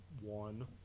one